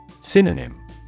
Synonym